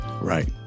right